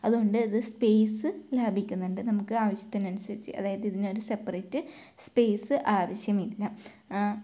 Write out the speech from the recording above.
അതുകൊണ്ട് ഇത് സ്പേസ് ലാഭിക്കുന്നുണ്ട് നമുക്ക് ആവശ്യത്തിനനുസരിച്ച് അതായത് ഇതിനൊരു സപ്പറേറ്റ് സ്പേസ് ആവശ്യമില്ല